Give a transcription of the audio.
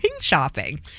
shopping